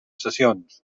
sessions